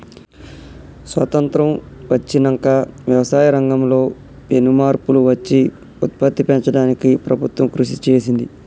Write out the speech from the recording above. స్వాసత్రం వచ్చినంక వ్యవసాయ రంగం లో పెను మార్పులు వచ్చి ఉత్పత్తి పెంచడానికి ప్రభుత్వం కృషి చేసింది